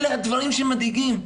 אלה הדברים שמדאיגים.